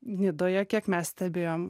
nidoje kiek mes stebėjom